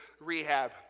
rehab